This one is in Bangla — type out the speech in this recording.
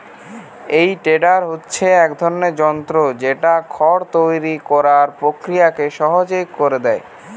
এই টেডার হচ্ছে এক ধরনের যন্ত্র যেটা খড় তৈরি কোরার প্রক্রিয়াকে সহজ কোরে দিয়েছে